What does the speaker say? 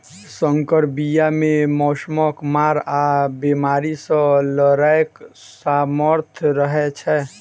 सँकर बीया मे मौसमक मार आ बेमारी सँ लड़ैक सामर्थ रहै छै